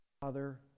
Father